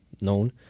known